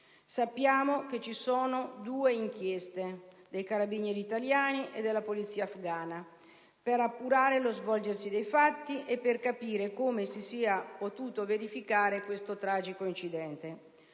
Sappiamo che sono in corso due inchieste, dei Carabinieri italiani e della Polizia afghana, per appurare lo svolgersi dei fatti e per capire come si sia potuto verificare questo tragico incidente.